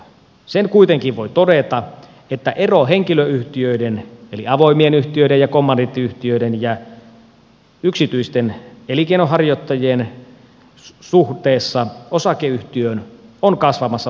sen kuitenkin voi todeta että henkilöyhtiöiden eli avoimien yhtiöiden ja kommandiittiyhtiöiden sekä yksityisten elinkeinonharjoittajien ero suhteessa osakeyhtiöön on kasvamassa huomattavasti